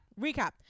Recap